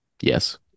Yes